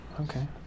okay